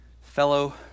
Fellow